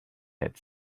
had